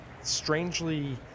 strangely –